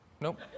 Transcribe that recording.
nope